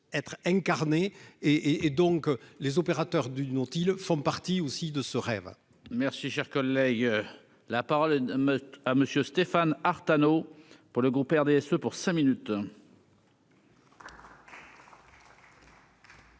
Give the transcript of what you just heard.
être incarné et et donc les opérateurs du dont ils font partie aussi de ce rêve. Merci, cher collègue, la parole est à monsieur Stéphane Artano pour le groupe RDSE pour cinq minutes.